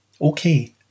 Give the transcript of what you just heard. okay